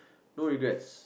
no regrets